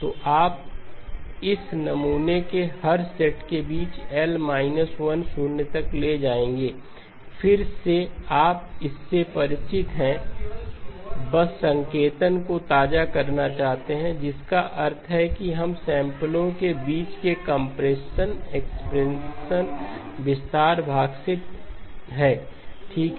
तो आप इस नमूने के हर सेट के बीच L − 1 शून्य तक ले जाएंगे फिर से आप इस से परिचित हैं बस संकेतन को ताज़ा करना चाहते थे जिसका अर्थ है कि हम सैंपलो के बीच के कंप्रेशन एक्सपेंशन विस्तार भाग से ठीक है